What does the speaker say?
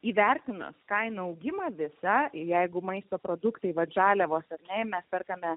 įvertinus kainų augimą visą jeigu maisto produktai vat žaliavos ar ne mes perkame